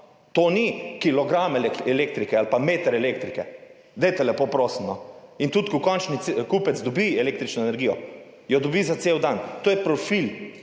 To ni kilogram elektrike ali pa meter elektrike. Lepo vas prosim, no. In tudi ko končni kupec dobi električno energijo, jo dobi za cel dan, to je profil,